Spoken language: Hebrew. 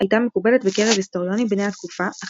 הייתה מקובלת בקרב היסטוריונים בני התקופה אך